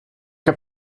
heb